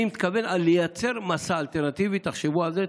אני מתכוון לייצר מסע אלטרנטיבי, תחשבו על זה.